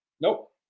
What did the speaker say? nope